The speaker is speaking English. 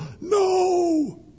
No